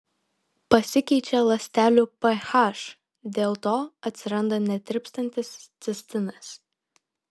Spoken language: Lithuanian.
pasikeičia ląstelių ph dėl to atsiranda netirpstantis cistinas